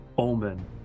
omen